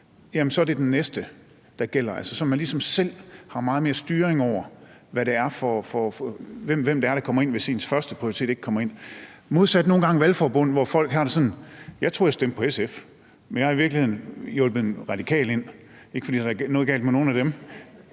så er den næste, der gælder, så man ligesom selv har meget mere styring over, hvem det er, der kommer ind, hvis ens førsteprioritet ikke kommer ind, hvor det i et valgforbund nogle gange er modsat, hvor folk har det sådan: Jeg troede, at jeg stemte på SF, men jeg har i virkeligheden hjulpet en radikal ind. Og det er ikke, fordi der er noget galt med nogen af dem,